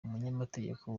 umunyamategeko